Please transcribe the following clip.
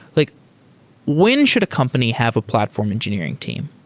like when should a company have a platform engineering team?